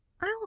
I'll